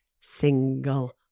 single